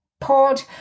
Pod